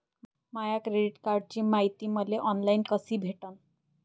माया credit कार्डची मायती मले ऑनलाईन कसी भेटन?